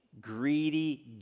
greedy